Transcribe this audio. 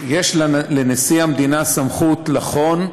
יש לנשיא המדינה סמכות לחון,